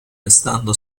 restando